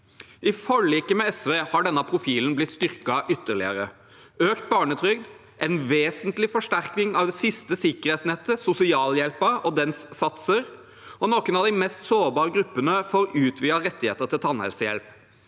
I forliket med SV har denne profilen blitt styrket ytterligere: økt barnetrygd, en vesentlig forsterkning av det siste sikkerhetsnettet, sosialhjelpen og dens satser, og noen av de mest sårbare gruppene får utvidede rettigheter til tannhelsehjelp.